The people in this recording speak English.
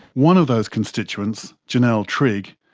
one of those constituents, janelle trigg,